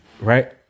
right